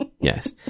yes